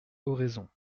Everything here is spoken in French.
oraison